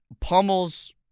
pummels